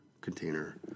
container